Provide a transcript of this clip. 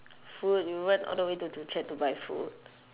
food you went all the way to joo chiat to buy food